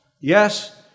yes